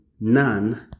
none